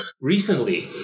Recently